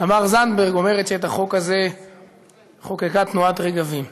תמר זנדברג אומרת שאת החוק הזה חוקקה תנועת "רגבים".